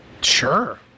Sure